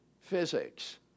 physics